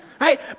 right